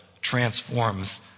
transforms